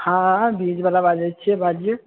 हँ बीजवला बाजैत छीयै बाजू